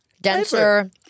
denser